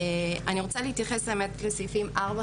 האמת היא שאני רוצה להתייחס לסעיפים (4),